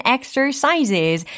Exercises